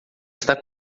está